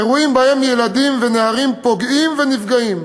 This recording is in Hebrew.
אירועים שבהם ילדים ונערים פוגעים ונפגעים